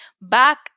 Back